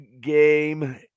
game